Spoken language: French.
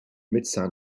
médecin